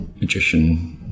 magician